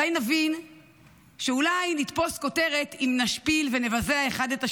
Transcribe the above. מתי נבין שאולי נתפוס כותרת אם נשפיל ונבזה האחד את השני,